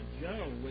Joe